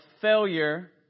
failure